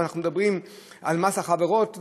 אנחנו מדברים על מס החברות,